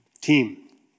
team